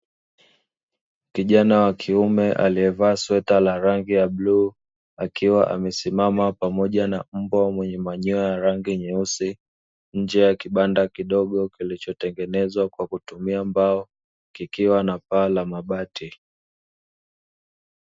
Kijana wa kiume aliyevalia sweta la rangi ya bluu, akiwa amesimama pamoja na mbwa mwenye manyoa ya rangi nyeusi, nje ya kibanda kidogo kilicho tengenezwa kwa kutumia mbao kikiwa na paa la mabati.